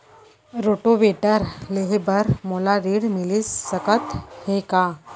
Rotavator लेहे बर मोला ऋण मिलिस सकत हे का?